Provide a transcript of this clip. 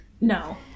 No